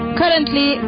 currently